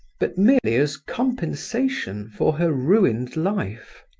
but merely as compensation for her ruined life.